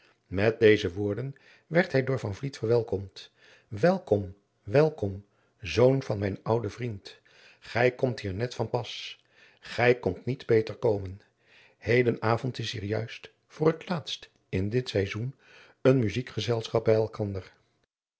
met deze woorden werd hij door van vliet verwelkomd welkom welkom zoon van mijn ouden vriend gij komt hier net van pas gij kondt niet beter komen heden avond is hier juist voor het laatst in dit saizoen een muzijkgezelschap bij elkander